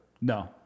no